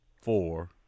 four